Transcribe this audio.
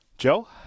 Joe